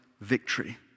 victory